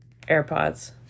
AirPods